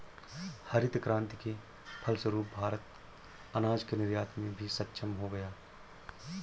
हरित क्रांति के फलस्वरूप भारत अनाज के निर्यात में भी सक्षम हो गया